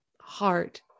heart